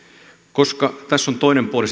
koska tässä valtiontaloudessa on se toinen puoli